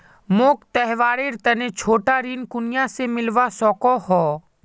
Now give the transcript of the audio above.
मोक त्योहारेर तने छोटा ऋण कुनियाँ से मिलवा सको हो?